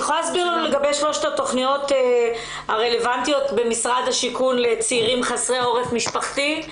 לגבי שלושת התוכניות הרלוונטיות במשרד השיכון לצעירים חסרי עורף משפחתי?